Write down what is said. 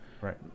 right